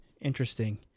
Interesting